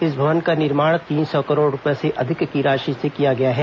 इस भवन का निर्माण तीन सौ करोड़ रूपये से अधिक की राशि से किया गया है